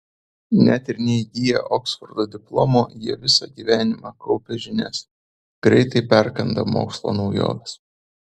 net ir neįgiję oksfordo diplomo jie visą gyvenimą kaupia žinias greitai perkanda mokslo naujoves